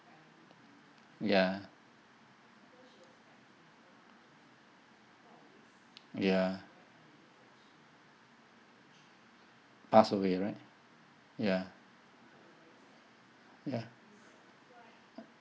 ya ya passed away right ya ya